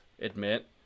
admit